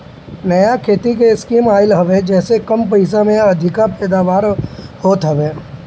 नया खेती के स्कीम आइल हवे जेसे कम पइसा में अधिका पैदावार होत हवे